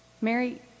Mary